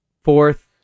Fourth